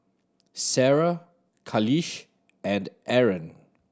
Sarah Khalish and Aaron